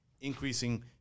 increasing